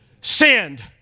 Sinned